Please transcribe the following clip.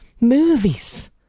movies